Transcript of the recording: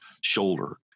shoulder